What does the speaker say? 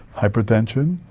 hypertension,